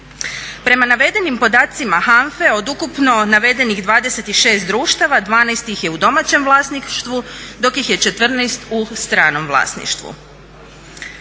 Prema navedenim podacima HANFA-e od ukupno navedenih 26 društava, 12 ih je u domaćem vlasništvu dok ih je 14 u stranom vlasništvu.